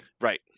right